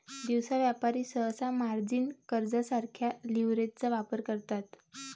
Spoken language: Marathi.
दिवसा व्यापारी सहसा मार्जिन कर्जासारख्या लीव्हरेजचा वापर करतात